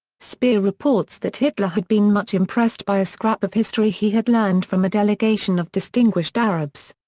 speer reports that hitler had been much impressed by a scrap of history he had learned from a delegation of distinguished arabs.